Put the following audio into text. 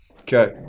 Okay